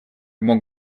мог